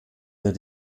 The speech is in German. wir